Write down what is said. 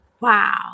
Wow